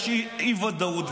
יש אי-ודאות,